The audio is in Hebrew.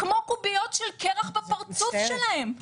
כמו קוביות של קרח בפרצוף שלהן.